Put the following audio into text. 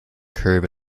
curve